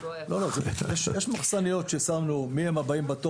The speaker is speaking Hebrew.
יש מחסניות ששמנו מי הם הבאים בתור